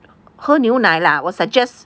喝牛奶啦我 suggest